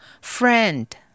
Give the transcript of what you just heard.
Friend